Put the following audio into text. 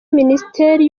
minisiteri